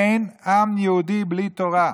אין עם יהודי בלי תורה,